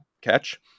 catch